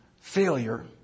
failure